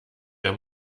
der